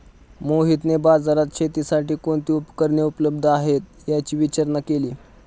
मोहितने बाजारात शेतीसाठी कोणती उपकरणे उपलब्ध आहेत, याची विचारणा केली